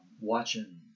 watching